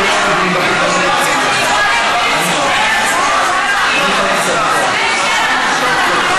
המליאה.) בבקשה, יש לך שלוש דקות.